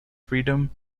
freedom